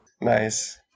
Nice